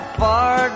far